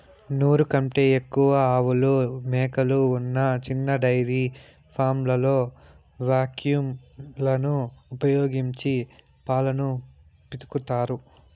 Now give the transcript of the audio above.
నూరు కంటే ఎక్కువ ఆవులు, మేకలు ఉన్న చిన్న డెయిరీ ఫామ్లలో వాక్యూమ్ లను ఉపయోగించి పాలను పితుకుతారు